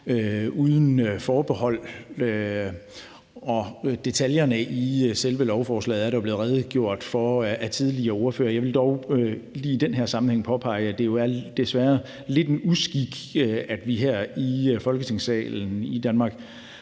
uden forbehold. Og detaljerne i selve lovforslaget er der blevet redegjort for af tidligere ordførere. Jeg vil dog lige i den her sammenhæng påpege, at det jo desværre er lidt en uskik, at vi her i Folketingssalen i Danmark